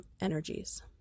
energies